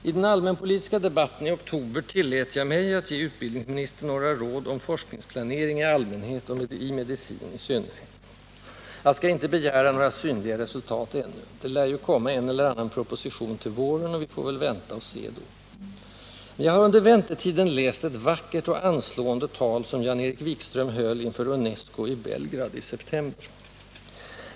I den allmänpolitiska debatten i oktober tillät jag mig att ge utbildningsministern några råd om forskningsplanering i allmänhet och i medicinen i synnerhet. Jag skall inte begära några synliga resultat ännu. Det lär ju komma en eller annan proposition till våren, och vi får väl vänta och se, då. Men jag har under väntetiden läst ett vackert och anslående tal, som Jan Erik Wikström höll inför UNESCO i Belgrad i september.